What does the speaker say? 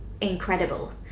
incredible